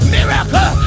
Miracle